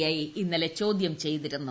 I ഇന്നലെ ചോദ്യം ചെയ്തിരുന്നു